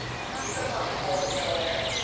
britney does not look all together there.